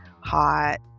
hot